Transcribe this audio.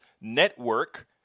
Network